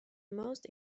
most